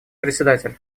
председатель